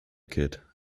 kid